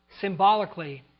Symbolically